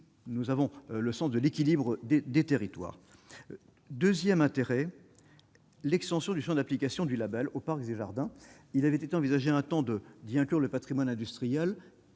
nous avons le sens de l'équilibre des territoires 2ème intérêt l'extension du Champ d'application du Label au Parc des jardins, il avait été envisagé un temps de d'y inclure le Patrimoine industriel,